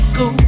go